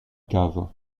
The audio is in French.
cave